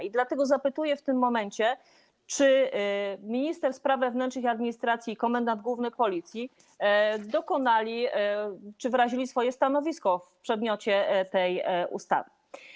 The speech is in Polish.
I dlatego pytam w tym momencie: Czy minister spraw wewnętrznych i administracji i komendant główny Policji wyrazili swoje stanowisko w przedmiocie tej ustawy?